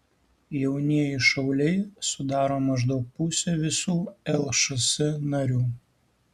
jaunieji šauliai sudaro maždaug pusę visų lšs narių